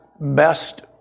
best